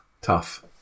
Tough